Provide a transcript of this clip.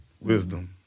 wisdom